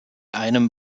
einem